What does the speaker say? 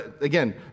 again